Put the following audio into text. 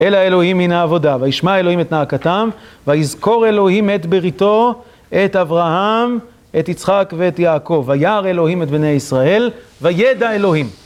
אל האלוהים מן העבודה וישמע אלוהים את נאקתם ויזכור אלוהים את בריתו את אברהם את יצחק ואת יעקב וירא אלוהים את בני ישראל וידע אלוהים